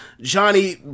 Johnny